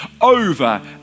Over